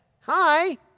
Hi